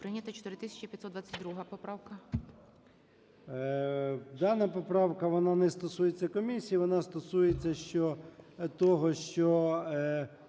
Дана поправка, вона не стосується комісії, вона стосується того, що